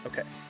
Okay